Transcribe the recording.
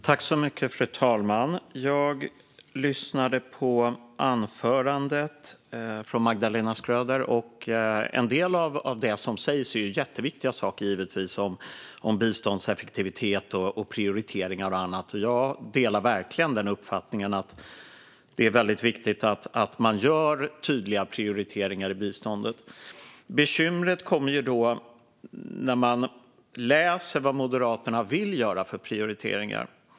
Fru talman! Jag lyssnade på anförandet från Magdalena Schröder. En del av det som sägs är givetvis jätteviktiga saker om biståndseffektivitet, prioriteringar och annat. Jag delar verkligen uppfattningen att det är väldigt viktigt att man gör tydliga prioriteringar i biståndet. Bekymret kommer när man läser vad Moderaterna vill göra för prioriteringar.